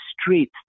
streets